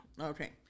Okay